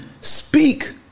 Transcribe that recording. speak